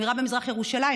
שמירה במזרח ירושלים,